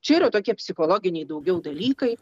čia yra tokie psichologiniai daugiau dalykai